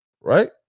right